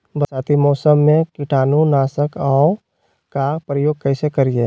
बरसाती मौसम में कीटाणु नाशक ओं का प्रयोग कैसे करिये?